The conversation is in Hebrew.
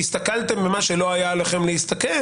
שהסתכלתם על מה שלא היה עליכם להסתכל,